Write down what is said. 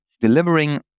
delivering